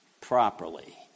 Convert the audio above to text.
properly